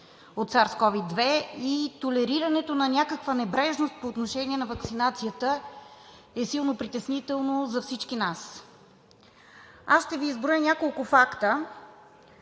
от SARS-CoV-2 и толерирането на някаква небрежност по отношение на ваксинацията е силно притеснително за всички нас. Аз ще Ви изброя няколко факта,